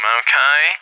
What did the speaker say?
okay